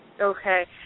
Okay